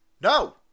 no